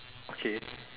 okay